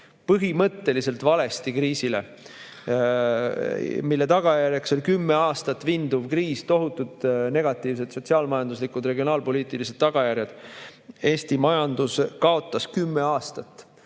põhimõtteliselt valesti, mille tagajärjeks oli 10 aastat vinduv kriis, tohutud negatiivsed sotsiaal-majanduslikud ja regionaalpoliitilised tagajärjed. Eesti majandus kaotas 10 aastat.